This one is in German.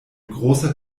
großer